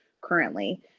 currently